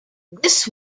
this